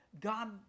God